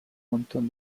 montón